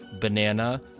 banana